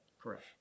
Correct